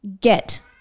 get